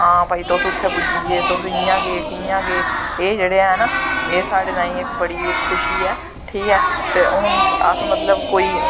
हां भाई तुस उत्थें पुज्जियै इयां गे कियां गे एह् जेह्ड़े हैन एह् साढ़े तांई इक बड़ी खुशी ऐ ठीक ऐ हून अस मतलव कोई